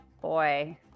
boy